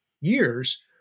years